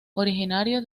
originario